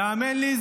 והאמן לי,